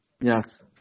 Yes